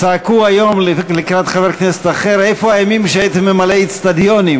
צעקו היום לקראת חבר כנסת אחר: איפה הימים שהיית ממלא אצטדיונים?